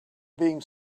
being